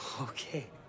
Okay